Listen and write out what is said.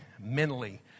mentally